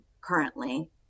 currently